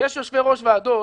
יש יושבי ראש ועדות,